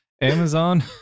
Amazon